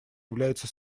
является